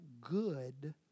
good